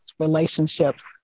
relationships